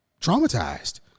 traumatized